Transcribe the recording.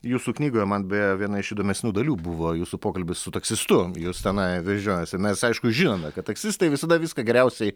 jūsų knygoje man beje viena iš įdomesnių dalių buvo jūsų pokalbis su taksistu jus tenai vežiojasi nes aišku žinome kad taksistai visada viską geriausiai